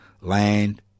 land